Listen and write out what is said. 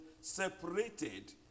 separated